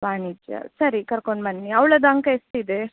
ವಾಣಿಜ್ಯ ಸರಿ ಕರ್ಕೊಂಡು ಬನ್ನಿ ಅವ್ಳದ್ದು ಅಂಕ ಎಷ್ಟಿದೆ